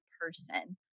person